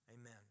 Amen